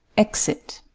exit